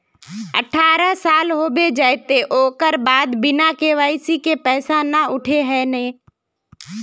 अठारह साल होबे जयते ओकर बाद बिना के.वाई.सी के पैसा न उठे है नय?